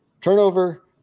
turnover